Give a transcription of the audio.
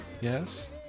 Yes